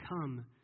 come